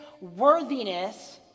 worthiness